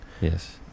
Yes